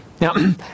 Now